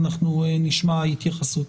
אנחנו נשמע התייחסות.